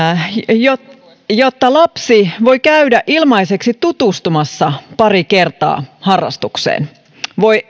jotta jotta lapsi voi käydä ilmaiseksi tutustumassa pari kertaa harrastukseen voi